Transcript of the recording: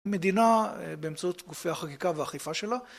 מדינה, באמצעות גופי החקיקה והאכיפה שלה